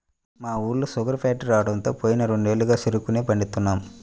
మా ఊళ్ళో sugar factory రాడంతో పోయిన రెండేళ్లుగా చెరుకునే పండిత్తన్నాం